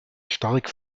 stark